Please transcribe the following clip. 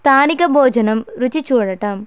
స్థానిక భోజనం రుచి చూడటం